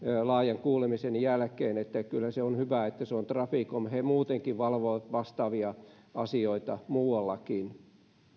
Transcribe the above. laajan kuulemisen jälkeen siihen että kyllä se on hyvä että se on traficom he valvovat vastaavia asioita muuallakin